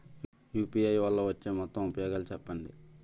UPI వల్ల వచ్చే మొత్తం ఉపయోగాలు చెప్పండి?